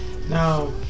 Now